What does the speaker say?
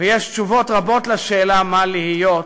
ויש תשובות רבות על השאלה מה להיות,